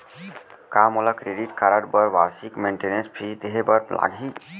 का मोला credit card बर वार्षिक मेंटेनेंस फीस देहे बर लागही?